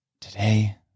today